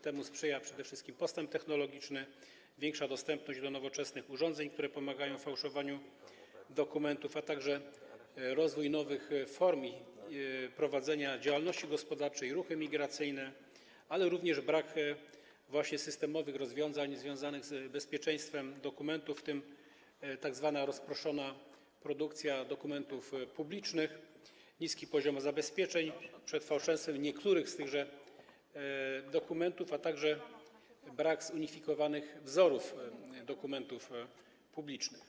Temu sprzyja przede wszystkim postęp technologiczny, większy dostęp do nowoczesnych urządzeń, które pomagają fałszować dokumenty, a także rozwój nowych form prowadzenia działalności gospodarczej, ruchy migracyjne, ale również brak właśnie systemowych rozwiązań związanych z bezpieczeństwem dokumentów, w tym tzw. rozproszona produkcja dokumentów publicznych, niski poziom zabezpieczeń przed fałszerstwem niektórych z tychże dokumentów, a także brak zunifikowanych wzorów dokumentów publicznych.